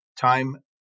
time